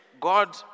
God